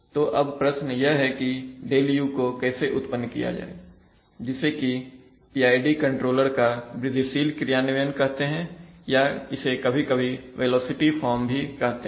तो अब प्रश्न यह है कि Δu को कैसे उत्पन्न किया जाए जिसे कि PID कंट्रोलर का वृद्धिशील क्रियान्वयन कहते हैं या इसे कभी कभी वेलोसिटी फॉर्म भी कहते हैं